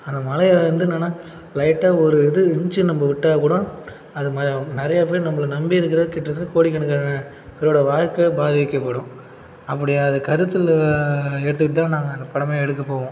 அந்த மலையை வந்து என்னன்னால் லைட்டாக ஒரு இது இன்ச்சு நம்ம விட்டால் கூட அது ம நிறையா பேர் நம்மளை நம்பி இருக்கிற கிட்டத்தட்ட கோடிக் கணக்கான பேரோடய வாழ்க்கை பாதிக்கப்படும் அப்படி அதை கருத்தில் எடுத்துக்கிட்டு தான் நாங்கள் அந்த படமே எடுக்கப் போவோம்